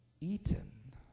eaten